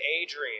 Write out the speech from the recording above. Adrian